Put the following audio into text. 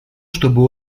чтобы